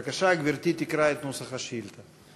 בבקשה, גברתי תקרא את נוסח השאילתה.